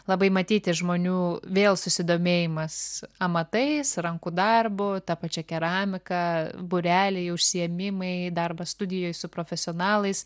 labai matyti žmonių vėl susidomėjimas amatais rankų darbu ta pačia keramika būreliai užsiėmimai darbas studijoj su profesionalais